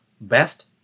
best